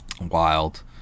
Wild